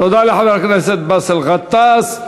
תודה לחבר הכנסת באסל גטאס.